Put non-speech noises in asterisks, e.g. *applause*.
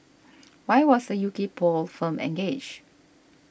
*noise* why was a U K poll firm engaged